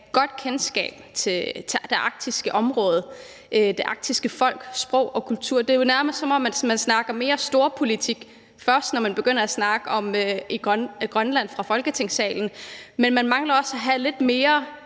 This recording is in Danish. godt kendskab til det arktiske område – det arktiske folk, sprog og kultur. Det er jo nærmest, som om man mere først snakker storpolitik, når man begynder at snakke om Grønland i Folketingssalen. Man mangler at have det mere